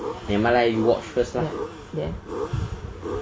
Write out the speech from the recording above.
nevermind lah you watch first lah